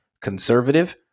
conservative